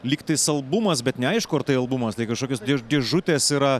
lygtais albumas bet neaišku ar tai albumas tai kažkokios dėžutės yra